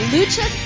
Lucha